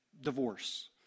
divorce